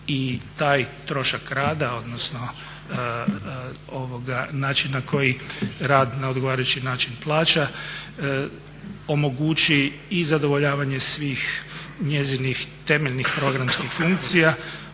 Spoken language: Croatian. i taj trošak rada, odnosno način na koji rad na odgovarajući način plaća omogući i zadovoljavanje svih njezinih temeljnih programskih funkcija,